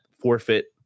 forfeit